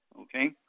okay